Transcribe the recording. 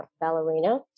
ballerina